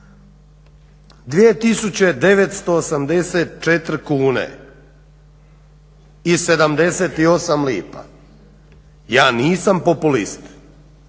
2984 kune i 78 lipa, ja nisam populist,